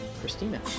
Christina